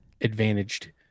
advantaged